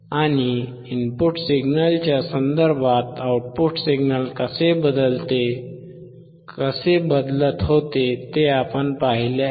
आणि इनपुट सिग्नलच्या संदर्भात आउटपुट सिग्नल कसे बदलत होते ते आपण पाहिले आहे